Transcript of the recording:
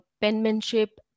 penmanship